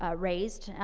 ah raised.